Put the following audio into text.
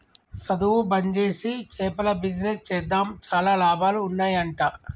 సధువు బంజేసి చేపల బిజినెస్ చేద్దాం చాలా లాభాలు ఉన్నాయ్ అంట